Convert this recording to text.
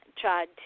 tried